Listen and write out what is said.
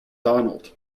donald